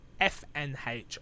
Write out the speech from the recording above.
FNH